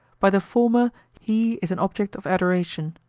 by the former he is an object of adoration.